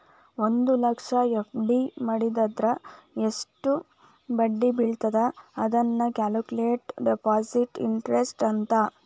ಒಂದ್ ಲಕ್ಷ ಎಫ್.ಡಿ ಮಡಿವಂದ್ರ ಎಷ್ಟ್ ಬಡ್ಡಿ ಬೇಳತ್ತ ಅನ್ನೋದ ಕ್ಯಾಲ್ಕುಲೆಟ್ ಡೆಪಾಸಿಟ್ ಇಂಟರೆಸ್ಟ್ ಅಂತ